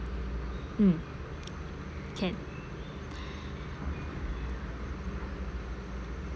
mm can